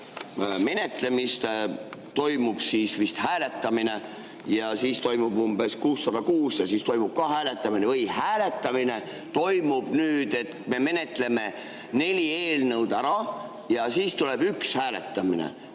menetlemist toimub vist hääletamine ja siis on 606 ja siis toimub ka hääletamine. Või toimub hääletamine nii, et me menetleme neli eelnõu ära ja siis tuleb üks hääletamine?